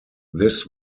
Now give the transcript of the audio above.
this